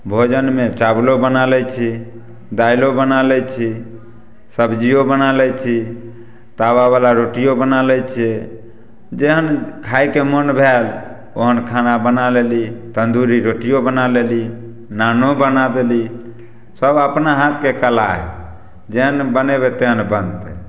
भोजनमे चावलो बना लै छी दाइलो बना लै छी सब्जिओ बना लै छी तवावला रोटिओ बना लै छी जेहन खाइके मोन भेल ओहन खाना बना लेली तन्दूरी रोटिओ बना लेली नानो बना देली सब अपना हाथके कला हइ जेहन बनेबै तेहन बनतै